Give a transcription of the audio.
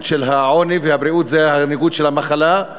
של העוני והבריאות זה הניגוד של המחלה.